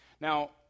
Now